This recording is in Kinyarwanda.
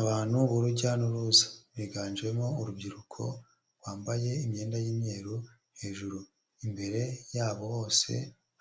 Abantu urujya n'uruza, biganjemo urubyiruko bambaye imyenda y'imyeru hejuru, imbere yabo bose